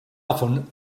often